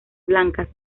blancas